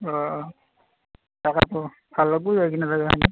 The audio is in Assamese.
অ' তাকেইটো ভাল লাগিব